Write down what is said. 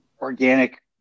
organic